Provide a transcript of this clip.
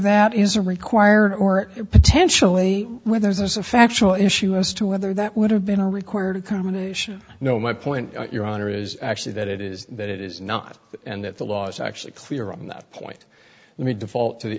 that is a required or potentially whether there's a factual issue as to whether that would have been a required combination you know my point your honor is actually that it is that it is not and that the law is actually clear on that point you may default to the